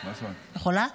את יכולה לרדת.